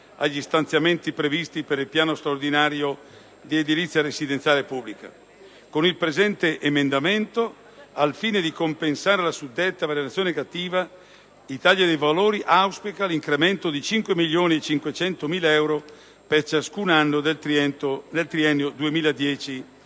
agli stanziamenti previsti per il Piano straordinario di edilizia residenziale pubblica. Con l'emendamento 2.340, al fine di compensare la suddetta variazione negativa, l'Italia dei Valori auspica l'incremento di 5,5 milioni di euro per ciascun anno del triennio 2010-2012.